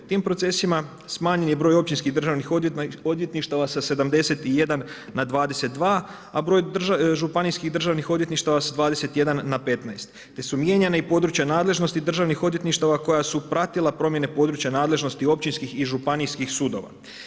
Tim procesima smanjen je broj općinskih državnih odvjetništava sa 71 na 22, a broj županijskih državnih odvjetništava sa 21 na 15 te su mijenjana i područja nadležnosti državnih odvjetništava koja su pratila promjene područja nadležnosti općinskih i županijskih sudova.